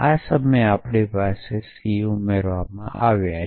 આ સમયે આપણે c ઉમેર્યા છે